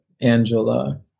Angela